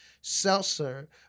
seltzer